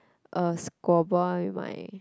a scuba with my